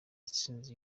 yatsinze